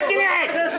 גועל נפש.